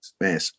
man